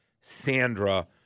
Sandra